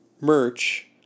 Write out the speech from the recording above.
merch